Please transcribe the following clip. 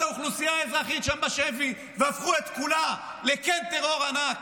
האוכלוסייה האזרחית שם בשבי והפכו את כולה לקן טרור ענק.